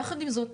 יחד עם זאת,